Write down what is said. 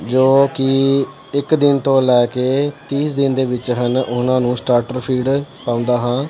ਜੋ ਕਿ ਇੱਕ ਦਿਨ ਤੋਂ ਲੈ ਕੇ ਤੀਹ ਦਿਨ ਦੇ ਵਿੱਚ ਹਨ ਉਹਨਾਂ ਨੂੰ ਸਟਾਰਟਰ ਫੀਡ ਪਾਉਂਦਾ ਹਾਂ